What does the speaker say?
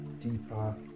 Deeper